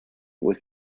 was